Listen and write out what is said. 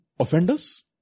Offenders